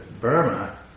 Burma